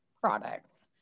products